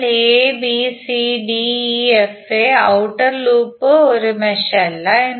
അതിനാൽ abcdefa outer loop ഒരു mesh അല്ല